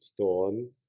thorn